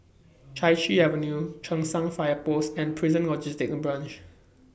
Chai Chee Avenue Cheng San Fire Post and Prison Logistic Branch